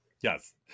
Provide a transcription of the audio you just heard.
Yes